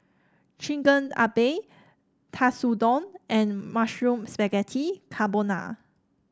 Chigenabe Katsudon and Mushroom Spaghetti Carbonara